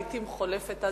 לעתים חולפת,